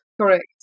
Correct